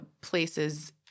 place's